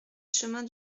chemin